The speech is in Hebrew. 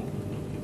הצבעה.